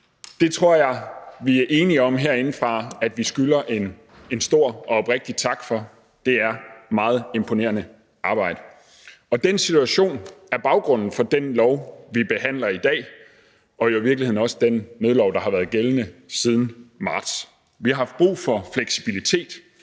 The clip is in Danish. Det tror jeg vi er enige om herindefra at vi skylder en stor og oprigtig tak for. Det er meget imponerende arbejde. Den situation er baggrunden for det lovforslag, vi behandler i dag, og jo i virkeligheden også for den nødlov, der har været gældende siden marts. Vi har haft brug for fleksibilitet